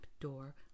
door